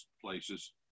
places